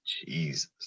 Jesus